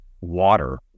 water